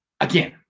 again